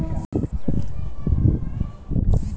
कागज़ उद्योग में लकड़ी कच्चा माल होला